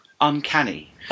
uncanny